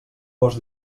gos